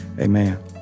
Amen